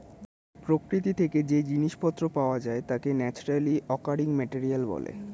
প্রকৃতি থেকে যেই জিনিস পত্র পাওয়া যায় তাকে ন্যাচারালি অকারিং মেটেরিয়াল বলে